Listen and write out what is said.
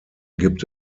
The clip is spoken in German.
gibt